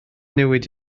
newid